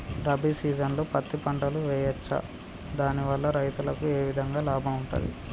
రబీ సీజన్లో పత్తి పంటలు వేయచ్చా దాని వల్ల రైతులకు ఏ విధంగా లాభం ఉంటది?